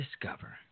discover